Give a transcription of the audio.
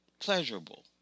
Pleasurable